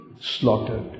slaughtered